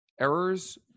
errors